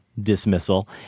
dismissal